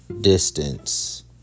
distance